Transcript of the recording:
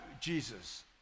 Jesus